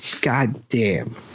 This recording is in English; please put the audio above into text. goddamn